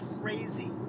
crazy